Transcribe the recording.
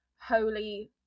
holy